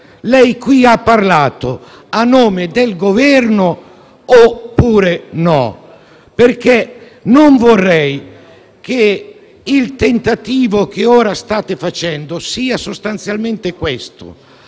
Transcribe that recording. lei qui ha parlato a nome del Governo oppure no? Non vorrei che il tentativo che ora state facendo sia sostanzialmente questo: